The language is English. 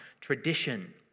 tradition